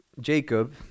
Jacob